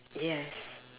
yes